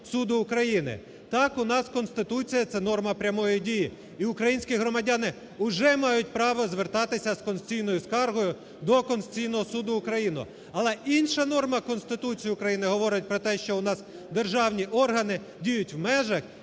Так, у нас Конституція це норма прямої дії. І українські громадяни уже мають право звертатися з конституційною скаргою до Конституційного Суду України. Але інша норма Конституції України говорить про те, що у нас державні органи діють в межах